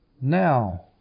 Now